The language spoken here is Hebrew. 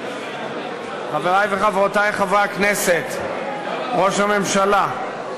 חברי וחברותי חברי הכנסת, ראש הממשלה,